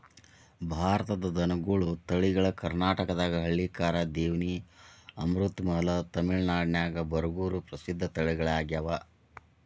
ಭಾರತದಾಗ ದನಗೋಳ ತಳಿಗಳು ಕರ್ನಾಟಕದಾಗ ಹಳ್ಳಿಕಾರ್, ದೇವನಿ, ಅಮೃತಮಹಲ್, ತಮಿಳನಾಡಿನ್ಯಾಗ ಬರಗೂರು ಪ್ರಸಿದ್ಧ ತಳಿಗಳಗ್ಯಾವ